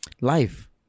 life